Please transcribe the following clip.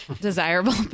desirable